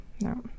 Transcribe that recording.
no